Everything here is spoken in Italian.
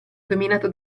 dominato